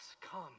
come